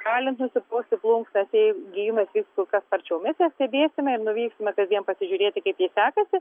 galint nusipūsti plunksnas jai gijimas vyks kur kas sparčiau mes ją stebėsime ir nuvyksime kasdien pasižiūrėti kaip jai sekasi